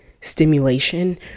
stimulation